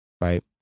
right